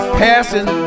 passing